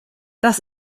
das